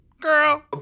Girl